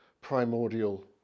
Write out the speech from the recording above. primordial